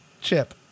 chip